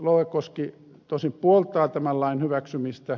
louekoski tosin puolsi tämän lain hyväksymistä